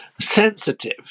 sensitive